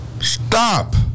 Stop